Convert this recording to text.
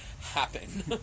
happen